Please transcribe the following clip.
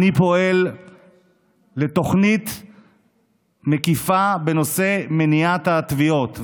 אני פועל לתוכנית מקיפה בנושא מניעת הטביעות,